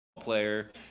player